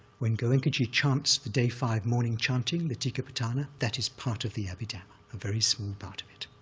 when goenkaji chants the day-five morning chanting, the tikapatthana, that is part of the abhidhamma, a very small part of it,